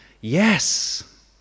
yes